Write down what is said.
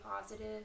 positive